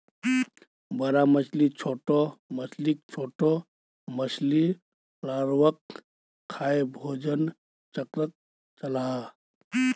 बड़का मछली छोटो मछलीक, छोटो मछली लार्वाक खाएं भोजन चक्रोक चलः